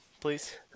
please